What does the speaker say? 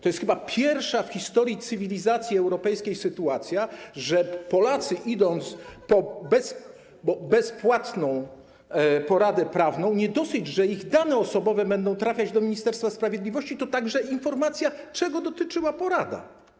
To jest chyba pierwsza w historii cywilizacji europejskiej sytuacja, że gdy Polacy pójdą po bezpłatną poradę prawną, to nie dosyć, że ich dane osobowe będą trafiać do Ministerstwa Sprawiedliwości, ale także informacja, czego dotyczyła porada.